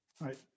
Right